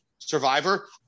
survivor